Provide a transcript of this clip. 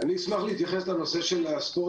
אני מקשיבה, לא ביקשתי את זכות רשות הדיבור.